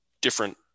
different